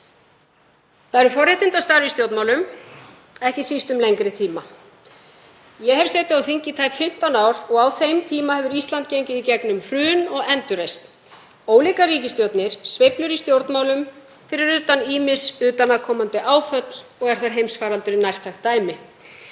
Það eru forréttindi að starfa í stjórnmálum, ekki síst um lengri tíma. Ég hef setið á þingi í tæp 15 ár og á þeim tíma hefur Ísland gengið í gegnum hrun og endurreisn, ólíkar ríkisstjórnir, sveiflur í stjórnmálum, fyrir utan ýmis utanaðkomandi áföll og er þar heimsfaraldurinn nærtækt dæmi.